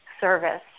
service